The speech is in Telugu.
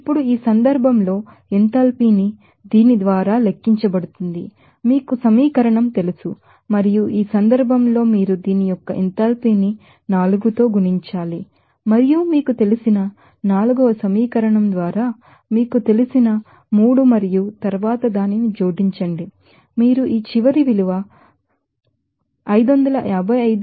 ఇప్పుడు ఈ సందర్భంలో ఎంథాల్పీ ని దీని ద్వారా లెక్కించబడుతుంది మీకు సమీకరణం తెలుసు మరియు ఈ సందర్భంలో మీరు దీని యొక్క ఎంథాల్పీని 4 తో గుణించాలి మరియు నాల్గవ సమీకరణం ద్వారా మీకు తెలిసిన 3 మరియు తరువాత దానిని జోడించండి మీరు ఈ చివరి విలువ 555